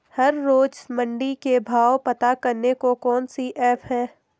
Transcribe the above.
हर रोज़ मंडी के भाव पता करने को कौन सी ऐप है?